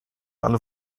alle